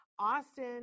Austin